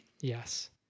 Yes